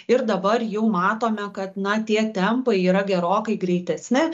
ir dabar jau matome kad na tie tempai yra gerokai greitesni